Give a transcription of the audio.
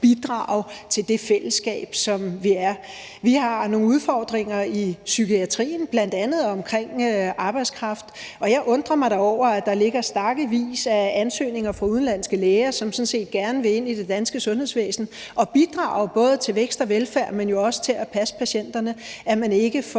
til det fællesskab, som vi er. Vi har nogle udfordringer i psykiatrien, bl.a. omkring arbejdskraft, og jeg undrer mig da over, at man, når der ligger stakkevis af ansøgninger fra udenlandske læger, som sådan set gerne vil ind i det danske sundhedsvæsen og bidrage til både vækst og velfærd, men jo også til at passe patienterne, ikke får